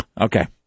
Okay